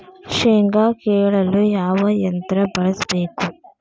ಶೇಂಗಾ ಕೇಳಲು ಯಾವ ಯಂತ್ರ ಬಳಸಬೇಕು?